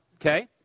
Okay